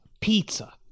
pizza